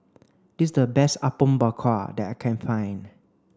this is the best Apom Berkuah that I can find